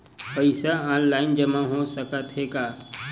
पईसा ऑनलाइन जमा हो साकत हे का?